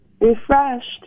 Refreshed